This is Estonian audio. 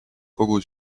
kogu